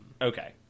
Okay